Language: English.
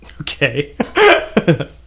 Okay